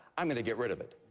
i'm going to get rid of it.